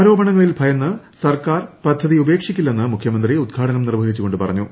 ആരോപണങ്ങളിൽ ഭയന്ന് സർക്കാർ പദ്ധതി ഉപേക്ഷിക്കില്ലെന്ന് മുഖ്യമന്ത്രി ഉദ്ഘാടനം നിർവ്വഹിച്ചു കൊണ്ട് പറഞ്ഞു